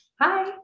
Hi